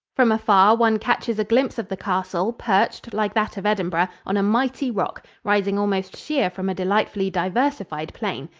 from afar one catches a glimpse of the castle, perched, like that of edinburgh, on a mighty rock, rising almost sheer from a delightfully diversified plain.